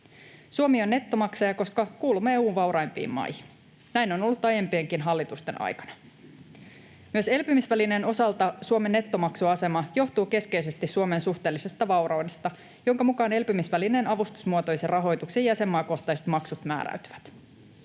Suomi on nettomaksaja, koska kuulumme EU:n vauraimpiin maihin. Näin on ollut aiempienkin hallitusten aikana. Myös elpymisvälineen osalta Suomen nettomaksuasema johtuu keskeisesti Suomen suhteellisesta vauraudesta, jonka mukaan elpymisvälineen avustusmuotoisen rahoituksen jäsenmaakohtaiset maksut määräytyvät.